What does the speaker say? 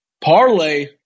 Parlay